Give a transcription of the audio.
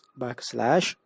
backslash